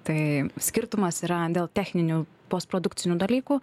tai skirtumas yra dėl techninių postprodukcinių dalykų